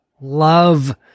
love